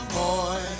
boy